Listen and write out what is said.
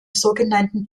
sogenannten